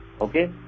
Okay